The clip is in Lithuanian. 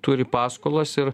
turi paskolas ir